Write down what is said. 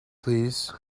please